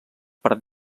per